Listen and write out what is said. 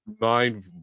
nine